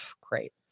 Great